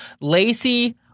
Lacey